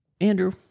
Andrew